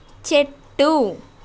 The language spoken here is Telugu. చెట్టు